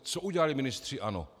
Co udělali ministři ANO?